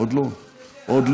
מה אתה יודע?